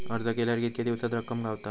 अर्ज केल्यार कीतके दिवसात रक्कम गावता?